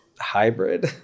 hybrid